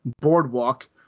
Boardwalk